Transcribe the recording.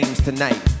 tonight